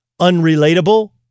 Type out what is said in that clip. unrelatable